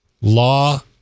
law